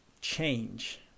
change